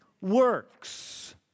works